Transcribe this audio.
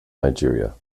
nigeria